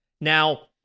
Now